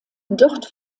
dort